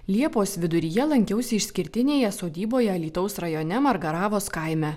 liepos viduryje lankiausi išskirtinėje sodyboje alytaus rajone margaravos kaime